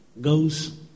goes